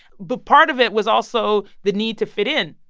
but part of it was also the need to fit in,